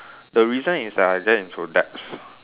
the reason is that I get into debts